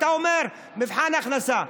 אתה אומר, מבחן הכנסה.